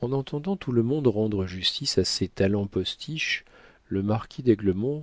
en entendant tout le monde rendre justice à ses talents postiches le marquis